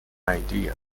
idea